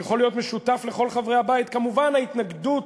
שיכול להיות משותף לכל חברי הבית, כמובן ההתנגדות